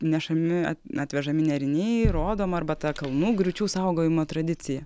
nešami atvežami nėriniai rodoma arba ta kalnų griūčių saugojimo tradicija